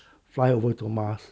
fly over to mars